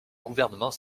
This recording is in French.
gouvernement